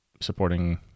supporting